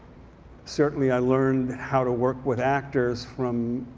certainly i learned how to work with actors from